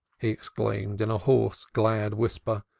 he exclaimed in a hoarse, glad whisper.